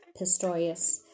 pistorius